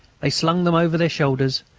they slung them over their shoulders,